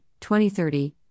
2030